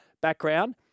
background